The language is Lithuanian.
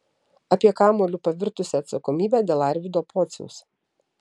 apie kamuoliu pavirtusią atsakomybę dėl arvydo pociaus